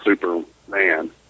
superman